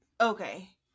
Okay